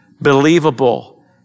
believable